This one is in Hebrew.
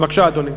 בבקשה, אדוני.